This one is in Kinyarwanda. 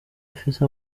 afise